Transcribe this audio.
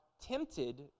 Tempted